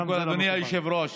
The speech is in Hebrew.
אדוני היושב-ראש,